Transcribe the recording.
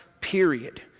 period